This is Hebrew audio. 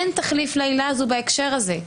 אין תחליף לעילה הזאת בהקשר הזה.